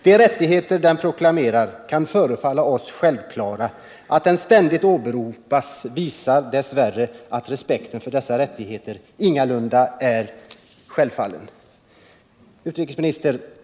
De rättigheter den proklamerar kan förefalla oss självklara. Att den ständigt åberopas visar dess värre att respekten för dessa rättigheter ingalunda är självfallen.” Herr utrikesminister!